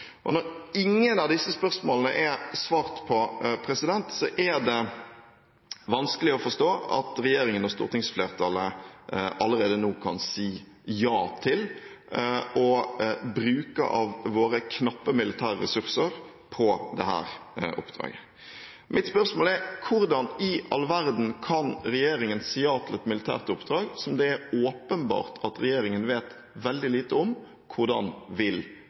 Og når ingen av disse spørsmålene er besvart, er det vanskelig å forstå at regjeringen og stortingsflertallet allerede nå kan si ja til å bruke av våre knappe militære ressurser på dette oppdraget. Mitt spørsmål er: Hvordan i all verden kan regjeringen si ja til et militært oppdrag som det er åpenbart at regjeringen vet veldig lite om hvordan vil